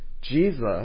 Jesus